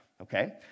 okay